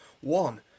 one